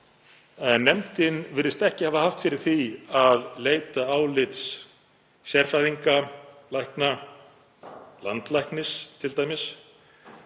nefndin virðist ekki hafa haft fyrir því að leita álits sérfræðinga, lækna, landlæknis t.d.,